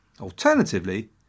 Alternatively